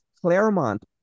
Claremont